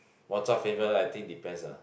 water flavour I think depends ah